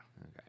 Okay